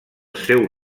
seu